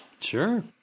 Sure